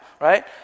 right